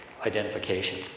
identification